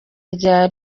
rya